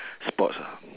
sports ah